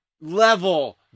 level